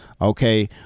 okay